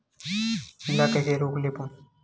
ला कइसे रोक बोन?